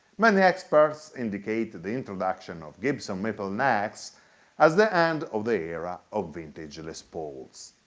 many experts indicate the the introduction of gibson maple necks as the end of the era of vintage les pauls.